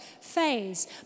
phase